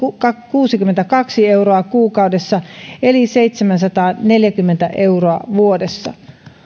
kuusikymmentäkaksi euroa kuukaudessa eli seitsemänsataaneljäkymmentä euroa vuodessa